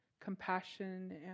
compassion